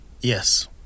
Yes